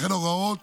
וכן הוראות